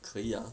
可以呀